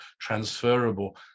transferable